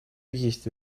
есть